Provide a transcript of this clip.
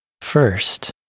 First